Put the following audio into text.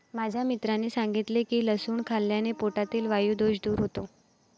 माझ्या मित्राने सांगितले की लसूण खाल्ल्याने पोटातील वायु दोष दूर होतो